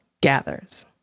gathers